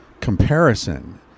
comparison